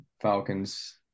falcons